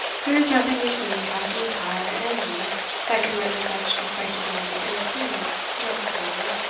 there is nothing between captain m'intyre and me that can render such respectable interference necessary.